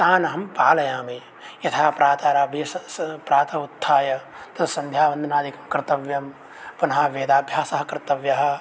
तान् अहं पालयामि यथा प्रातः उत्थाय तत् सन्ध्यावन्दनादिकं कर्तव्यं पुनः वेदाभ्यासः कर्तव्यः